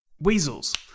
Weasels